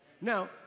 Now